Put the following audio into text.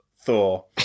Thor